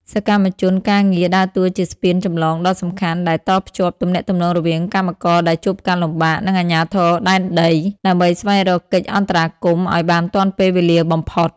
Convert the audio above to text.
សកម្មជនការងារដើរតួជាស្ពានចម្លងដ៏សំខាន់ដែលតភ្ជាប់ទំនាក់ទំនងរវាងកម្មករដែលជួបការលំបាក និងអាជ្ញាធរដែនដី ដើម្បីស្វែងរកកិច្ចអន្តរាគមន៍ឱ្យបានទាន់ពេលវេលាបំផុត។